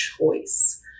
choice